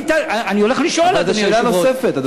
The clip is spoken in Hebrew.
אבל זו שאלה נוספת.